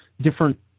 different